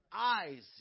Eyes